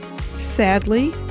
Sadly